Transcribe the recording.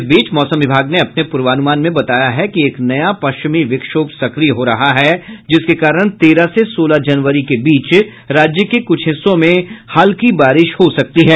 इस बीच मौसम विभाग ने अपने पूर्वानुमान में बताया है कि एक नया पश्चिमी विक्षोभ सक्रिय हो रहा है जिसके कारण तेरह से सोलह जनवरी के बीच राज्य के कुछ हिस्सों में हल्की बारिश हो सकती है